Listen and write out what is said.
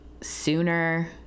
sooner